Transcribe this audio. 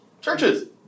Churches